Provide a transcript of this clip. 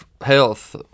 health